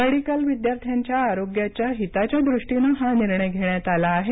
medical विद्यार्थ्यांच्या आरोग्याच्या हिताच्या दूष्टीने हा निर्णय घेण्यात आला आहे